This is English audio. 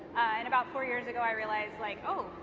about four years ago, i realized like, oh,